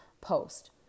post